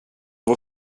vår